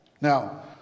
Now